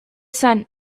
sun